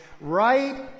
right